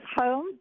home